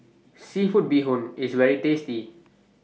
Seafood Bee Hoon IS very tasty